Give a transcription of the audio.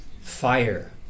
fire